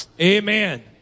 Amen